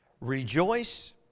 Rejoice